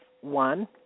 one